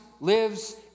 lives